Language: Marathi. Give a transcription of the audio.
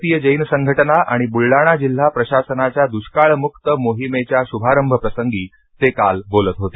भारतीय जैन संघटना आणि बुलडाणा जिल्हाप्रशासनाच्या दुष्काळमुक्त मोहिमेच्या शुभारंभ प्रसंगी ते काल बोलत होते